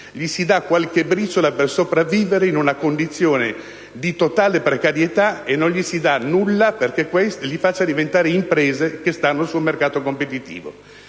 si dà qualche briciola per sopravvivere in una condizione di totale precarietà, senza concedere nulla che li faccia diventare imprese che stanno sul mercato competitivo.